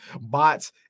Bots